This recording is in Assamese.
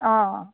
অঁ